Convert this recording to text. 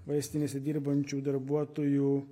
vaistinėse dirbančių darbuotojų